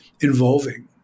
involving